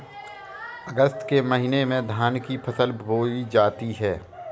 अगस्त के महीने में धान की फसल बोई जाती हैं